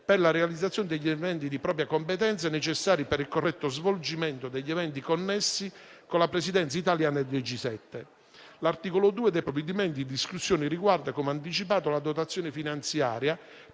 per la realizzazione degli eventi di propria competenza necessari per il corretto svolgimento degli eventi connessi con la Presidenza italiana del G7. L'articolo 2 del provvedimento in discussione riguarda, come anticipato, la dotazione finanziaria